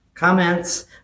comments